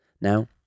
Now